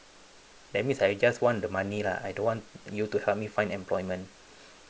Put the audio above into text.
that means I just want the money lah I don't want you to help me find employment